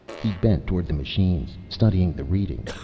he bent toward the machines, studying the reading.